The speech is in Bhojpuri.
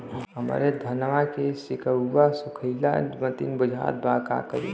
हमरे धनवा के सीक्कउआ सुखइला मतीन बुझात बा का करीं?